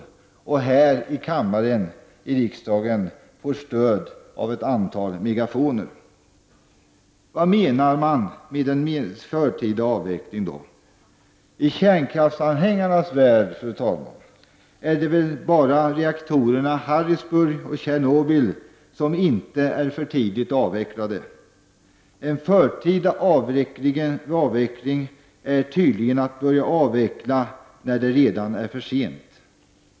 Här i kammaren får de stöd av ett antal megafoner. Vad menar man med ''förtida avveckling''? I kärnkraftanhängarnas värld är det bara reaktorerna Harrisburg och Tjernobyl som inte är för tidigt avvecklade. En förtida avveckling är tydligen att börja avveckla när det redan är för sent.